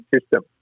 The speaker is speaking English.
system